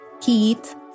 Keith